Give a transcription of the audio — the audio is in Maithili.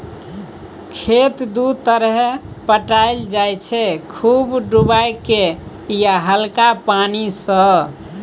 खेत दु तरहे पटाएल जाइ छै खुब डुबाए केँ या हल्का पानि सँ